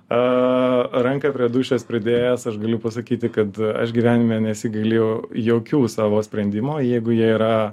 ranką prie dūšios pridėjęs aš galiu pasakyti kad aš gyvenime nesigailėjau jokių savo sprendimų jeigu jie yra